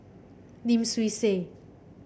Lim Swee Say